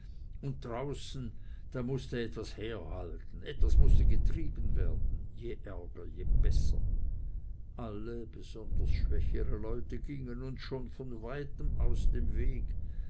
und draußen da mußte etwas herhalten etwas mußte getrieben werden je ärger je besser alle besonders schwächere leute gingen uns schon von weitem aus dem wege